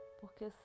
porque